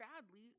sadly